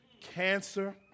cancer